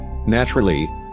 Naturally